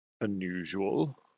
unusual